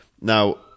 Now